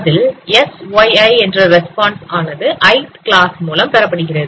அதில் syi என்ற response ஆனது ith கிளாஸ் மூலம் பெறப்படுகிறது